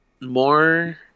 more